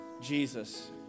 Jesus